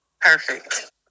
perfect